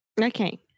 Okay